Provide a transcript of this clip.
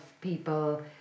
people